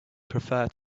preferred